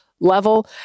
level